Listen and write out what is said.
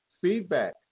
feedback